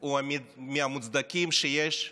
הוא מהמוצדקים שיש,